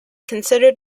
considered